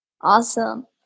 Awesome